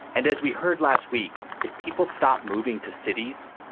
and as we heard last week, if people stop moving to cities,